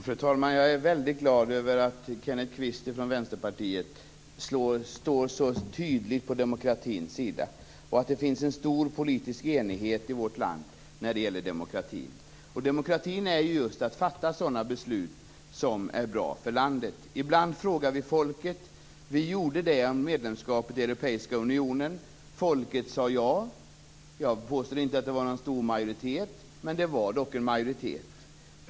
Fru talman! Jag är väldigt glad över att Kenneth Kvist från Vänsterpartiet står så tydligt på demokratins sida och att det finns en stor politisk enighet i vårt land när det gäller demokratin. Demokrati är just att fatta sådana beslut som är bra för landet. Ibland frågar vi folket. Vi gjorde det om medlemskapet i Europeiska unionen. Folket sade ja. Jag påstår inte att det var någon stor majoritet, men det var dock en majoritet.